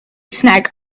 snack